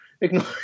Ignore